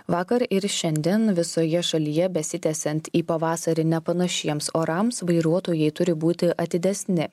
vakar ir šiandien visoje šalyje besitęsiant į pavasarį nepanašiems orams vairuotojai turi būti atidesni